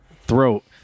throat